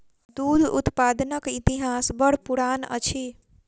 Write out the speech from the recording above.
दूध उत्पादनक इतिहास बड़ पुरान अछि